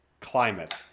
climate